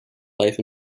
life